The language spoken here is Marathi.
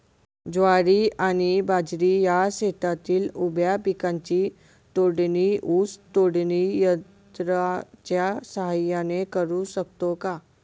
ज्वारी आणि बाजरी या शेतातील उभ्या पिकांची तोडणी ऊस तोडणी यंत्राच्या सहाय्याने करु शकतो का?